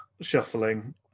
shuffling